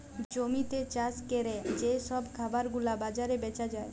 জমিতে চাষ ক্যরে যে সব খাবার গুলা বাজারে বেচা যায়